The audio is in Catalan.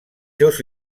seus